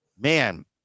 man